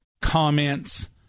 comments